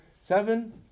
seven